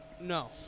No